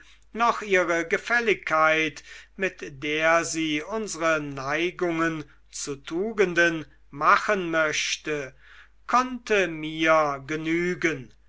noch ihre gefälligkeit mit der sie unsre neigungen zu tugenden machen möchte konnte mir genügen